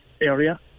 area